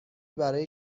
برای